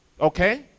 Okay